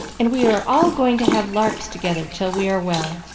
and we are all going to have larks together till we are well.